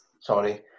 Sorry